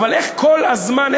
אבל איך כל הזמן,